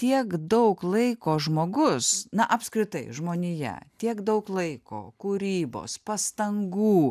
tiek daug laiko žmogus na apskritai žmonija tiek daug laiko kūrybos pastangų